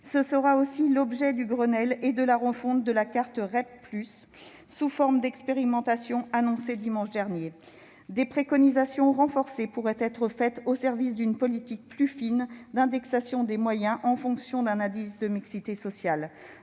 Ce sera aussi l'objet du Grenelle de l'éducation et de la refonte de la carte REP+ sous la forme d'une expérimentation annoncée dimanche dernier. Des préconisations renforcées pourraient être faites au service d'une politique plus fine, permettant l'indexation des moyens en fonction d'un indice de mixité sociale.